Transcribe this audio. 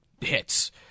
hits